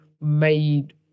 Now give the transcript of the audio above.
made